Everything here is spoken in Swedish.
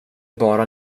bara